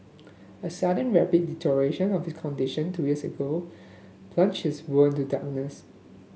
a sudden rapid deterioration of he condition two years ago plunged his world into darkness